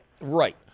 right